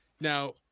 Now